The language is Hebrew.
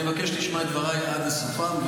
אני מבקש שתשמע את דבריי עד לסופם,